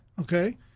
Okay